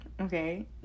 okay